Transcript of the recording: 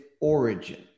origin